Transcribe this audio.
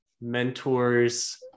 mentors